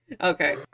Okay